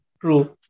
True